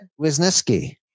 Wisniewski